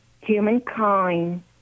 humankind